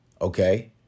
okay